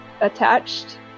attached